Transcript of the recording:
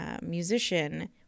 musician